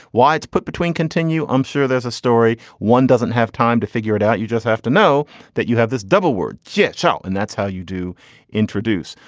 why it's put between continue. i'm sure there's a story. one doesn't have time to figure it out. you just have to know that you have this double word git shell and that's how you do introduce.